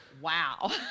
wow